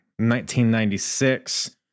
1996